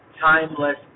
timeless